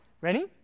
Ready